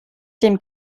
dem